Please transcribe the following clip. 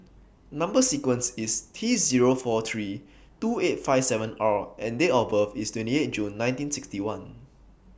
Number sequence IS T Zero four three two eight five seven R and Date of birth IS twenty eight June nineteen sixty one